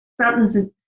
something's